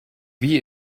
wie